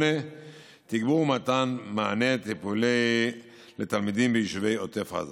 תגבור מתן מענה טיפולי לתלמידים ביישובי עוטף עזה.